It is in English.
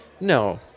No